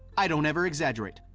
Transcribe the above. i don't ever exaggerate.